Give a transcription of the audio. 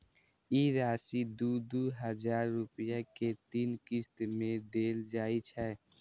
ई राशि दू दू हजार रुपया के तीन किस्त मे देल जाइ छै